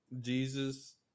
Jesus